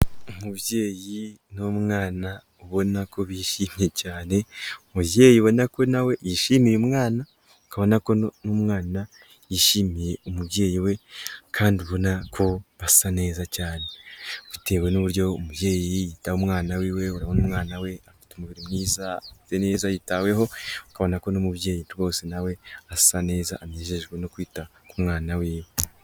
Umubyeyi n'umwana ubona ko bishimye cyane, umubyeyi ubona ko nawe yishimiye umwana, akabona ko n'umwana yishimiye umubyeyi we kandi ubona ko basa neza cyane, bitewe n'uburyo umubyeyi yitaho umwana wiwe, urabona umwana we afite umubiri mwiza, ameze neza yitaweho, ukabona ko n'umubyeyi rwose nawe asa neza anejejwe no kwita ku mwana wiwe.